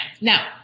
now